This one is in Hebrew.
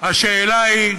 השאלה היא: